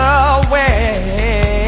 away